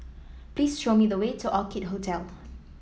please show me the way to Orchid Hotel